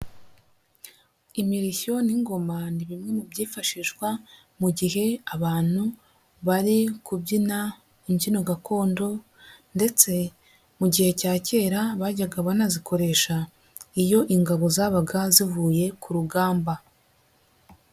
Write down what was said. Imirishyo n'ingoma ni bimwe mu byifashishwa mu gihe abantu bari kubyina imbyino gakondo, ndetse mu gihe cya kera, bajyaga banazikoresha iyo ingabo zabaga zivuye ku rugamba.